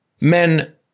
men